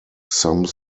some